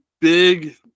big